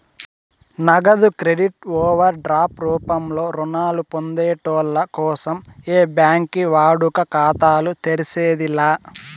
నగదు credit over drop రూపంలో రుణాలు పొందేటోళ్ళ కోసం ఏ బ్యాంకి వాడుక ఖాతాలు తెర్సేది లా